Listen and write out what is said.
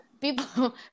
People